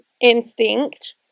instinct